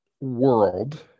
world